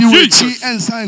Jesus